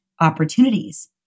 opportunities